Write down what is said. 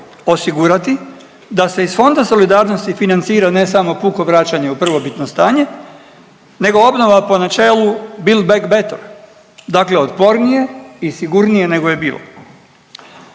osigurati da se iz Fond solidarnosti financira ne samo puko vraćanje u prvobitno stanje, nego obnova po načelu bill, back, better, dakle otpornije i sigurnije nego je bilo.